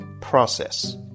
process